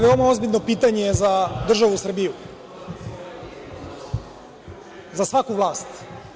Ovo je veoma ozbiljno pitanje za državu Srbiju i za svaku vlast.